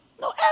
No